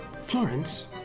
florence